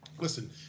listen